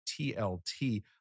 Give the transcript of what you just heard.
TLT